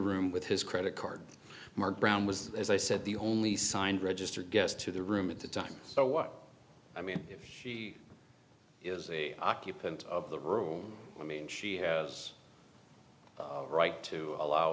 room with his credit card mark brown was as i said the only signed registered guest to the room at the time so what i mean if he is a occupant of the room i mean she has right to allow